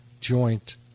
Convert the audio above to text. joint